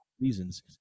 reasons